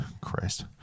Christ